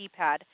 keypad